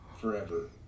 forever